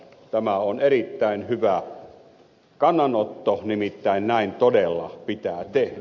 tämä on erittäin hyvä kannanotto nimittäin näin todella pitää tehdä